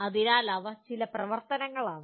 അതിനാൽ ഇവ ചില പ്രവർത്തനങ്ങളാണ്